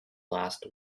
last